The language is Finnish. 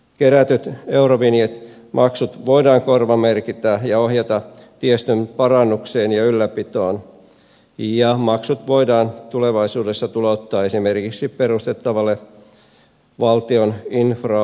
kerätyt eurovinjettimaksut voidaan korvamerkitä ja ohjata tiestön parannukseen ja ylläpitoon ja maksut voidaan tulevaisuudessa tulouttaa esimerkiksi perustettavalle valtion infra oylle